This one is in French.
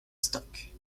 stock